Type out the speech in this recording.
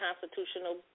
constitutional